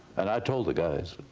and i told the guys.